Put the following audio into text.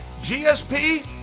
GSP